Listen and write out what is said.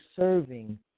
serving